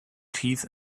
teeth